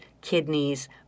kidneys